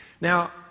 Now